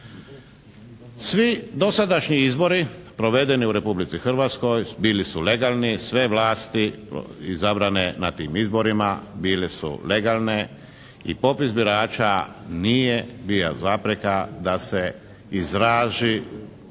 Svi dosadašnji izbori provedeni u Republici Hrvatskoj bili su legalni, sve vlasti izabrane na tim izborima bile su legalne i popis birača nije bio zapreka da se izrazi